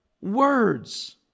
words